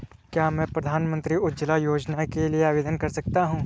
क्या मैं प्रधानमंत्री उज्ज्वला योजना के लिए आवेदन कर सकता हूँ?